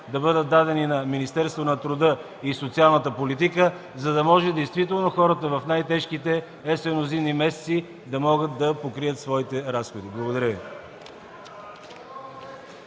да бъдат дадени на Министерството на труда и социалната политика, за да може действително хората в най-тежките есенно-зимни месеци да могат да покрият своите разходи. Благодаря Ви.